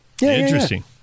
Interesting